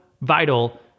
vital